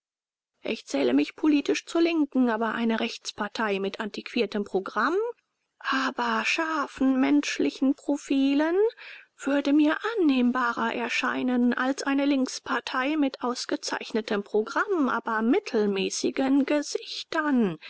ich zähle mich politisch zur linken aber eine rechtspartei mit antiquiertem programm aber scharfen menschlichen profilen würde mir annehmbarer erscheinen als eine linkspartei mit ausgezeichnetem programm aber mittelmäßigen gesichtern